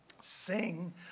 sing